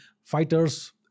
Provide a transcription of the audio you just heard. fighters